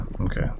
okay